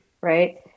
Right